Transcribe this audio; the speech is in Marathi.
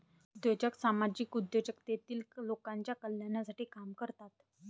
उद्योजक सामाजिक उद्योजक तेतील लोकांच्या कल्याणासाठी काम करतात